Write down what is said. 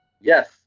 Yes